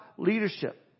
Leadership